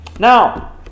Now